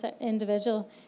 individual